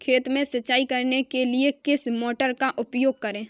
खेत में सिंचाई करने के लिए किस मोटर का उपयोग करें?